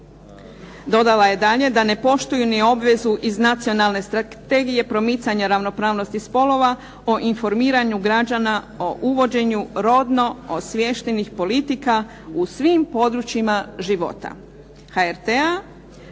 Dodala je dalje da ne poštuju ni obvezu iz Nacionalne strategije promicanja ravnopravnosti spolova o informiranju građana o uvođenju robno osviještenih politika u svim područjima života HRT-a.